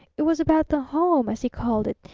it was about the home, as he called it,